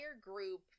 group